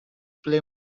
play